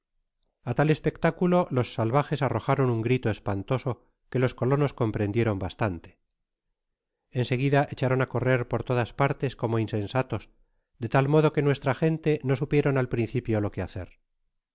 a tal espectaculo los salvajes arrojaron un grito espantosoi que los colonos comprendieron bastante en seguida echaron á correr por todas partes como insensatos de tal modo que nuestra gente no supieron al principio loque hacer